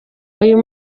uyu